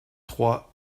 trois